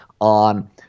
on